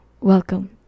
welcome